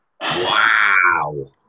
Wow